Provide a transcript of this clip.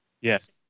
Yes